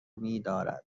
میدارد